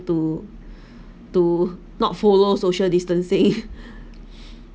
to to not follow social distancing